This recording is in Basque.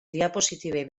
diapositibei